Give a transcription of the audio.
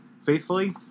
faithfully